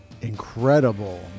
incredible